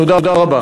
תודה רבה.